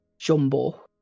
jumbo